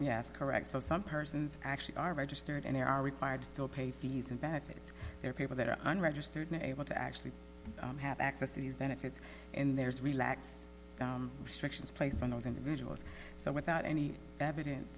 yes correct so some persons actually are registered and they are required to still pay fees and benefits there are people that are unregistered able to actually have access to these benefits and there's relaxed restrictions placed on those individuals so without any evidence